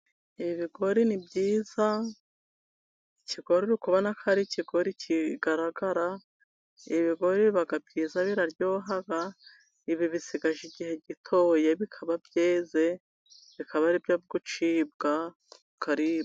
Ibi bigori ni byiza ikigori uri kubona ko ari ikigori kigaragara, ibi bigori biba byiza biraryoha ibi bisigaje igihe gito bikaba byeze bikaba ari ibyo gucibwa karibwa.